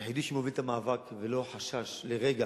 היחיד שמוביל את המאבק ולא חשש לרגע,